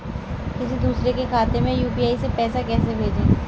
किसी दूसरे के खाते में यू.पी.आई से पैसा कैसे भेजें?